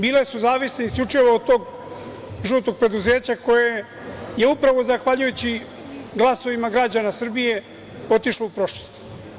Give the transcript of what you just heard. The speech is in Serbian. Bile su zavisne isključivo od tog žutog preduzeća koje je upravo zahvaljujući glasovima građana Srbije otišlo u prošlost.